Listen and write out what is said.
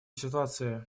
ситуации